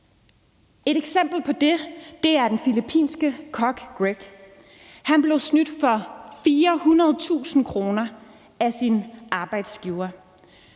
Et eksempel på det er den filippinske kok Greg. Han blev snydt for 400.000 kr. af sin arbejdsgiver.